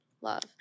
Love